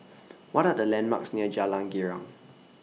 What Are The landmarks near Jalan Girang